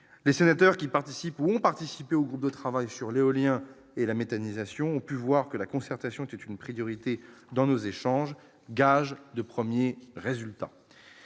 les sénateurs qui participeront participer au groupe de travail sur l'éolien et la méthanisation ont pu voir que la concertation est une priorité dans nos échanges, gage de premiers résultats,